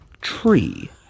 tree